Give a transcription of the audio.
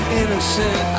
innocent